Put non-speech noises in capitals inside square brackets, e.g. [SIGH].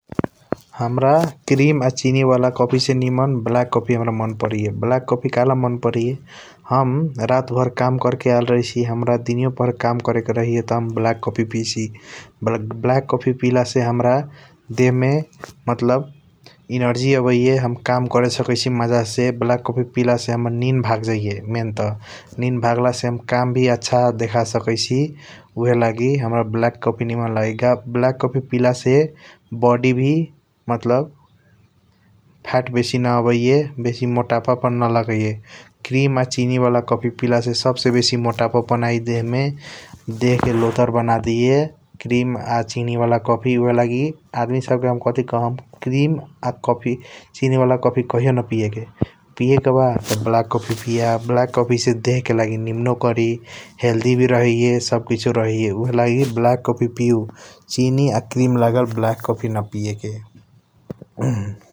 हमरा कृम आ चिनी बाला कफि से निमन ब्लाक कफि हमरा मन परैये । ब्लाक कफि काहेला मन परैये हम रात भर काम करके आयल रहैसी। हमरा दिनियो पहर काम करेके रहैये त हम ब्लाक कफि पियैसी । ब्लाक कफि पिला से हमरा देहमे मतलब इनर्जी अबैये हम काम करे सकैसी मजासे । ब्लाक कफि पिलासे हमर निन भागजाइये मैन त । निन भागलासे काम भि अछा देख सकैसी । उहे लागि हमरा ब्लाक कफि निमन लागि का। ब्लाक कफि पिलासे बडि भि मतलब थाक बेसि न आबैये । बेसि मोटापा पन नलगैये । कृम आ चिनी बाला कफि पिलासे सब से बेसि मोटापा पन आइ देह मे देह के लोदर बनादेइये । कृम आ चिनी बाला कफि उहेलागी आदमी सब के हम कथी कहम कृम आ कफि चिनी बाला कफि कहियो न पियेके । पियेके बा त ब्ल्यक कफि पिया ब्ल्यक कफि से देह के लागि निम्नो करि । हेल्दी भि रहैये सब किसो रहैये उहे लागि ब्ल्यक कफि पिउ चिनी आ कृम लागल ब्ल्यक कफि नपियेके । [NOISE]